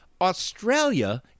Australia